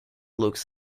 looks